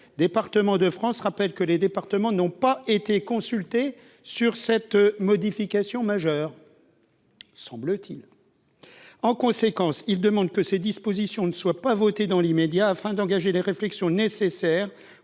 départements de France, rappelle que les départements n'ont pas été consultés sur cette modification majeure, semble-t-il, en conséquence, il demande que ces dispositions ne soit pas votée dans l'immédiat, afin d'engager les réflexions nécessaires